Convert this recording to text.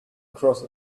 cross